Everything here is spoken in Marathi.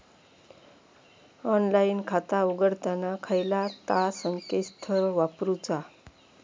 ऑनलाइन खाता उघडताना खयला ता संकेतस्थळ वापरूचा?